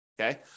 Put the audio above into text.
Okay